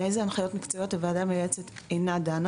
באיזה הנחיות מקצועיות הוועדה המייעצת אינה דנה